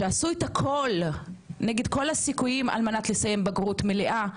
שעשו את הכול נגד כל הסיכויים על מנת לסיים בגרות מלאה,